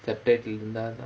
subtitle இருந்தா:irunthaa